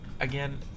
Again